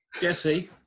Jesse